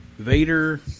Vader